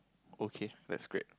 okay let's grade